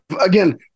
again